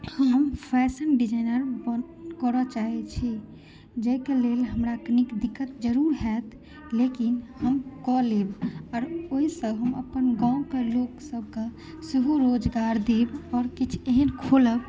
हम fashion designer बन करय चाहैत छी जाहिके लेल हमरा कनिक दिक्कत जरूर होयत लेकिन हम कऽ लेब आओर ओहिसँ हम अपन गाँवके लोक सभकेँ सेहो रोजगार देब आओर किछु एहन खोलब